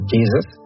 Jesus